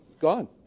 Gone